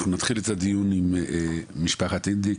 אנחנו נתחיל את הדיון עם משפחת אינדק.